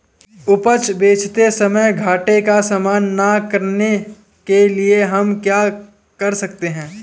उपज बेचते समय घाटे का सामना न करने के लिए हम क्या कर सकते हैं?